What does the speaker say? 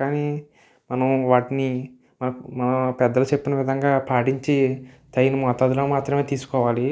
కానీ మనం వాటిని మా మా పెద్దలు చెప్పిన విధంగా పాటించి తగిన మోతాదులో మాత్రమే తీసుకోవాలి